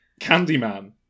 Candyman